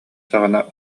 саҕана